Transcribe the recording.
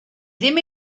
ddim